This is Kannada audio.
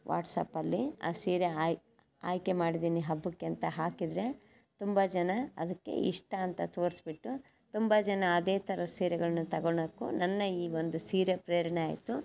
ವಾಟ್ಸಾಪಲ್ಲಿ ಆ ಸೀರೆ ಆಯ್ ಆಯ್ಕೆ ಮಾಡಿದ್ದೀನಿ ಹಬ್ಬಕ್ಕೆ ಅಂತ ಹಾಕಿದರೆ ತುಂಬ ಜನ ಅದಕ್ಕೆ ಇಷ್ಟ ಅಂತ ತೋರಿಸ್ಬಿಟ್ಟು ತುಂಬ ಜನ ಅದೇ ಥರದ ಸೀರೆಗಳನ್ನ ತಗೋಳೋಕ್ಕು ನನ್ನ ಈ ಒಂದು ಸೀರೆ ಪ್ರೇರಣೆ ಆಯಿತು